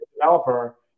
developer